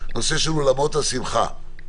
נושא של אולמות השמחה.